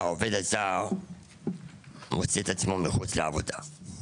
העובד הזר מוצא את עצמו מחוץ לעבודה.